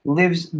lives